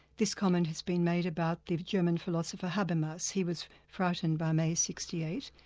this comment has been made about the german philosopher habermas he was frightened by may sixty eight.